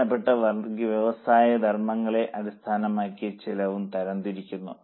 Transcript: പ്രധാനപ്പെട്ട വ്യവസായ ധർമ്മങ്ങളെ അടിസ്ഥാനമാക്കി ചെലവും തരം തിരിച്ചിരിക്കുന്നു